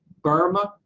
burma,